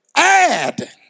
add